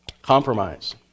Compromise